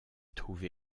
trouve